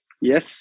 Yes